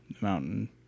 mountain